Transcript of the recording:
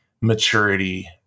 maturity